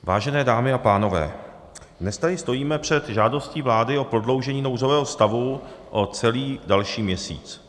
Vážené dámy a pánové, dnes tady stojíme před žádostí vlády o prodloužení nouzového stavu o celý další měsíc.